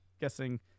guessing